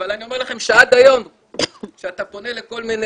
אבל אני אומר לכם שעד היום כשאתה פונה לכל מיני